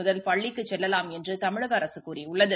முதல் பள்ளிக்குச் செல்லலாம் என்று தமிழக அரசு கூறியுள்ளது